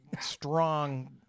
strong